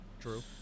True